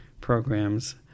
programs